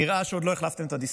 נראה שעוד לא החלפתם את הדיסקט.